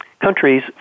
countries